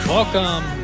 Welcome